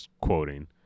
quoting